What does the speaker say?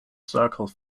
circle